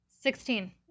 Sixteen